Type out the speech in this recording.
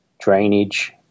drainage